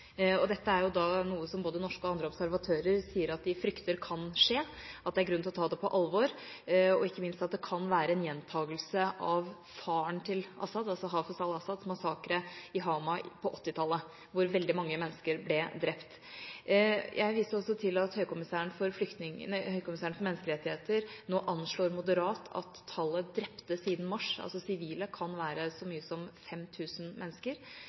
tirsdag. Dette er noe som både norske og andre observatører sier at de frykter kan skje, at det er grunn til å ta det på alvor, og ikke minst at det kan være en gjentakelse av massakren til faren til al-Assad, Hafez al-Assad, i Hama på 1980-tallet, da veldig mange mennesker ble drept. Jeg viser også til at Høykommissæren for menneskerettigheter nå anslår, moderat, at antallet drepte sivile siden mars kan være så mange som 5 000 mennesker,